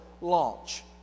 launch